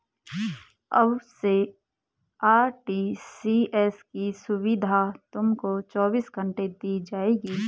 अब से आर.टी.जी.एस की सुविधा तुमको चौबीस घंटे दी जाएगी